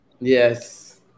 Yes